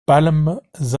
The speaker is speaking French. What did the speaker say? palmes